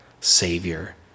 savior